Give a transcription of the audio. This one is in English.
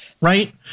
Right